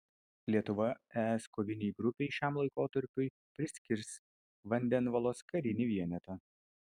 lietuva es kovinei grupei šiam laikotarpiui priskirs vandenvalos karinį vienetą